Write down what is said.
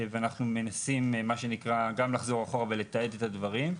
ואנחנו מנסים לחזור אחורה ולתעד את הדברים.